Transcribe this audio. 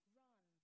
run